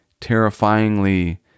terrifyingly